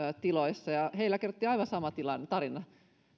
tiloissa ja heillä kerrottiin aivan sama tarina